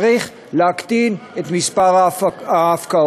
צריך להקטין את מספר ההפקעות.